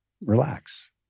relax